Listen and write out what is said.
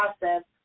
process